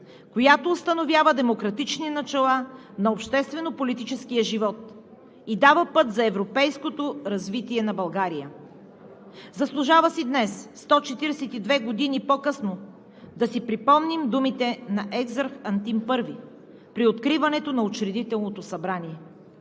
която установява демократични начала на обществено-политическия живот и дава път за европейското развитие на България. Заслужава си днес, 142 години по-късно, да си припомним думите на Екзарх Антим I при откриването на Учредителното събрание: